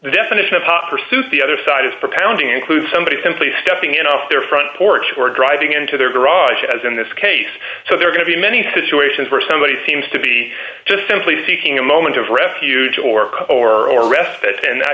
the definition of hot pursuit the other side of propounding includes somebody simply stepping in off their front porch or driving into their garage as in this case so they're going to many situations where somebody seems to be to simply seeking a moment of refuge or or respite and i